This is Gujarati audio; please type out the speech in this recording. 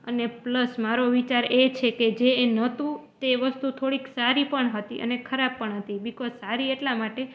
અને પ્લસ મારો વિચાર એ છે કે જે એ નહોતું તે વસ્તુ થોડીક સારી પણ હતી અને ખરાબ પણ હતી બીકોઝ સારી એટલા માટે